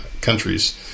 countries